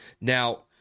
Now